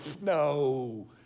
no